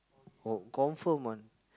oh confirm one